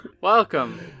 Welcome